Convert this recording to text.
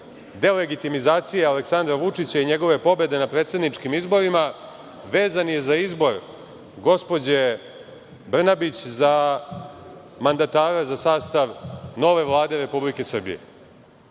delegitimizacije Aleksandra Vučića i njegove pobede na predsedničkim izborima vezan je za izbor gospođe Brnabić za mandatara za sastav nove Vlade Republike Srbije.